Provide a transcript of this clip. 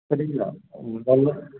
சரிங்களா உங்களு